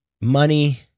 money